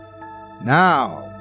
Now